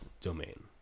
domain